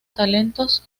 talentos